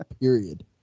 period